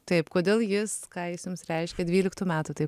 taip kodėl jis ką jis jums reiškia dvyliktų metų tai